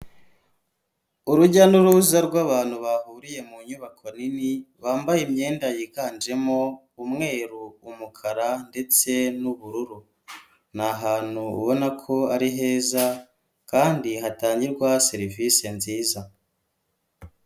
Urujya n'uruza rw'abantu bahuriye mu nyubako nini, bambaye imyenda yiganjemo umweru, umukara ndetse n'ubururu. Ni ahantu ubona ko ari heza kandi hatangirwa serivise nziza.